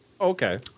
Okay